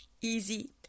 easy